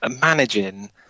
Managing